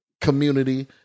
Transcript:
community